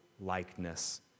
likeness